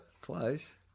Close